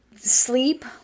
Sleep